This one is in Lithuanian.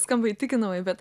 skamba įtikinamai bet